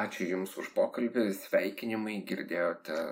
ačiū jums už pokalbį sveikinimai girdėjote